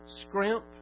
scrimp